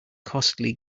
costly